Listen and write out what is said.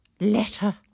letter